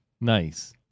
Nice